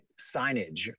signage